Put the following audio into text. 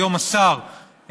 היום השר,